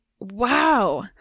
Wow